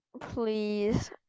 Please